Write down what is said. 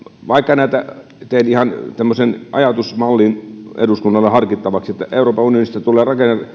teen ihan tämmöisen ajatusmallin eduskunnalle harkittavaksi että jos vaikka euroopan unionista tulee